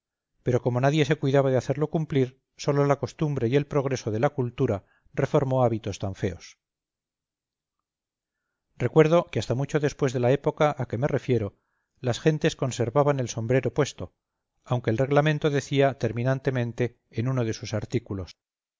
pero como nadie se cuidaba de hacerlo cumplir sólo la costumbre y el progreso de la cultura reformó hábitos tan feos recuerdo que hasta mucho después de la época a que me refiero las gentes conservaban el sombrero puesto aunque el reglamento decía terminantemente en uno de sus artículos